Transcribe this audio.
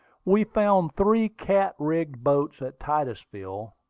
we found three cat-rigged boats at titusville,